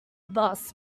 boss